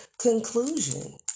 conclusion